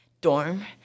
dorm